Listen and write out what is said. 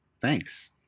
Thanks